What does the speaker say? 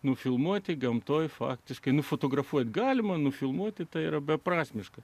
nufilmuoti gamtoje faktiškai nufotografuoti galima nufilmuoti tai yra beprasmiška